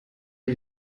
die